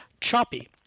choppy